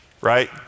right